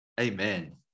Amen